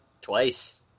Twice